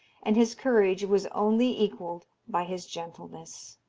and his courage was only equalled by his gentleness.